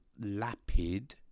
Lapid